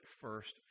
first